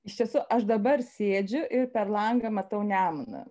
iš tiesų aš dabar sėdžiu ir per langą matau nemuną